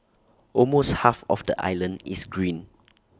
almost half of the island is green